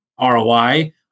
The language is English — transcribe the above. ROI